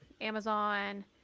Amazon